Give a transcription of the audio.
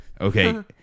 Okay